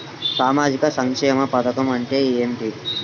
సామాజిక సంక్షేమ పథకం అంటే ఏమిటి?